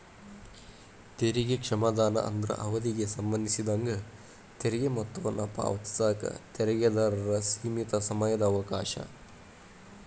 ತೆರಿಗೆ ಕ್ಷಮಾದಾನ ಅಂದ್ರ ಅವಧಿಗೆ ಸಂಬಂಧಿಸಿದಂಗ ತೆರಿಗೆ ಮೊತ್ತವನ್ನ ಪಾವತಿಸಕ ತೆರಿಗೆದಾರರ ಸೇಮಿತ ಸಮಯದ ಅವಕಾಶ